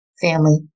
family